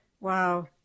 Wow